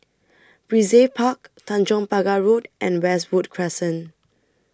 Brizay Park Tanjong Pagar Road and Westwood Crescent